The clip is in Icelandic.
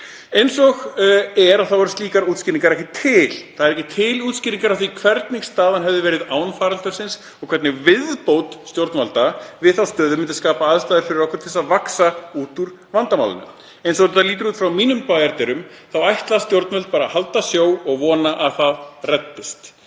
Eins og er eru slíkar útskýringar ekki til. Það eru ekki til útskýringar á því hvernig staðan hefði verið án faraldursins og hvernig viðbót stjórnvalda við þá stöðu skapar aðstæður fyrir okkur til að vaxa út úr vandanum. Eins og þetta lítur út frá mínum bæjardyrum séð ætla stjórnvöld bara að halda sjó og vona að þetta reddist.